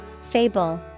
Fable